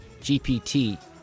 GPT